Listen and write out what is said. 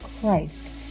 Christ